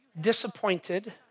disappointed